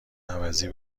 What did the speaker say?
عوضی